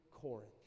Corinth